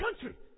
country